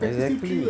exactly